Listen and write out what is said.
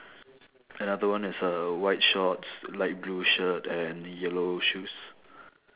another one is a white shorts light blue shirt and yellow shoes